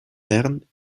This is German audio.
bern